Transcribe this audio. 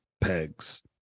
pegs